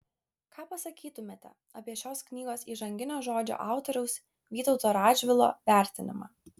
ką pasakytumėte apie šios knygos įžanginio žodžio autoriaus vytauto radžvilo vertinimą